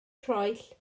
troell